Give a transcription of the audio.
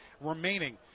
remaining